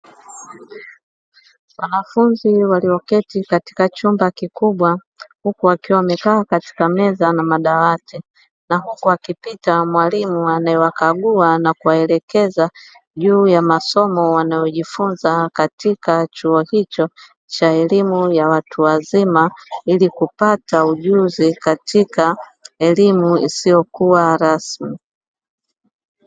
Wanafunzi walioketi katika chumba kikubwa huku wakiwa wamekaa katika meza na madawati na huku akipita mwalimu anayewakaguwa na kuwaelekeza juu ya masomo wanayojifunza katika chuo hicho cha elimu ya watu wazima ili kupata ujuzi katika elimu isiyokuwa rasmi.